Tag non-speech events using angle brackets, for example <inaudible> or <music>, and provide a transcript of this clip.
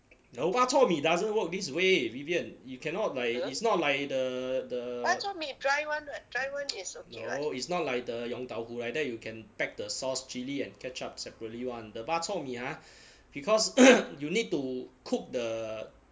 no bak chor mee doesn't work this way vivian you cannot like it's not like the the no is not like the yong tau hu like that you can pack the sauce chilli and ketchup separately [one] the bak chor mee ah because <coughs> you need to cook the